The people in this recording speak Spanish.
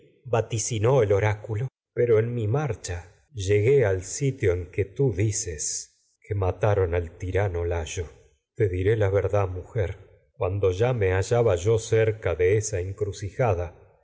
vaticinó el oráculo pero sitio en que en mi marcha llegué al tú dices que mataron al tirano layo te diré la verdad mujer cuando ya me hallaba yo de cerca las de esa encrucijada